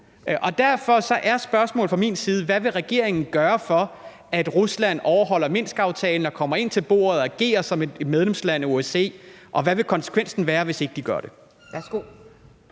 Derfor er spørgsmålet fra min side: Hvad vil regeringen gøre for, at Rusland overholder Minskaftalen og kommer ind til bordet og agerer som et medlemsland i OSCE? Og hvad vil konsekvensen være, hvis ikke de gør det? Kl.